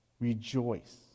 rejoice